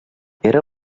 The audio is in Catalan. era